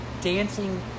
dancing